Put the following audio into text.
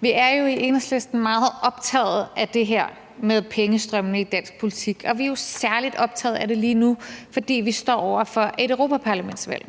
Vi er jo i Enhedslisten meget optaget af det her med pengestrømmene i dansk politik, og vi er særlig optaget af det lige nu, fordi vi står over for et europaparlamentsvalg.